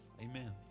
Amen